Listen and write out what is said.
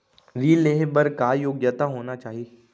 ऋण लेहे बर का योग्यता होना चाही?